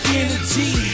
energy